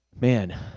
Man